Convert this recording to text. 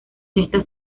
esta